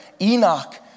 Enoch